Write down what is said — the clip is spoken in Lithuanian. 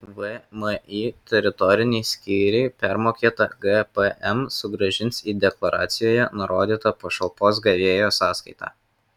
vmi teritoriniai skyriai permokėtą gpm sugrąžins į deklaracijoje nurodytą pašalpos gavėjo sąskaitą